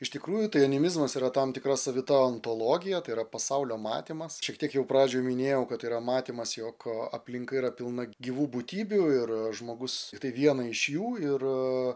iš tikrųjų tai animizmas yra tam tikra savita ontologija tai yra pasaulio matymas šiek tiek jau pradžioj minėjau kad yra matymas jog aplinka yra pilna gyvų būtybių ir žmogus tai viena iš jų ir